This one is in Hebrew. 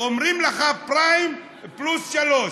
אומרים לך פריים פלוס 3,